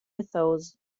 mythos